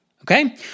Okay